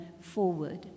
forward